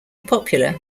popular